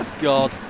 God